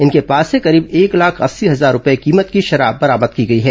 इनके पास से करीब एक लाख अस्सी हजार रूपए कीमत की शराब बरामद की गई है